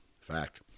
Fact